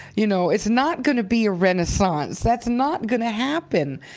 you know it's not going to be a renaissance, that's not going to happen.